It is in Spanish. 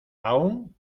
aun